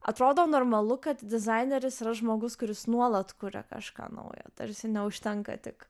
atrodo normalu kad dizaineris yra žmogus kuris nuolat kuria kažką naujo tarsi neužtenka tik